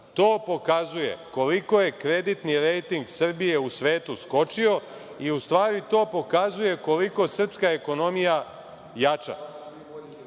To pokazuje koliko je kreditni rejting Srbije u svetu skočio i u stvari to pokazuje koliko srpska ekonomija